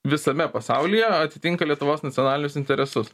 visame pasaulyje atitinka lietuvos nacionalinius interesus